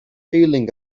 feeling